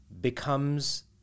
becomes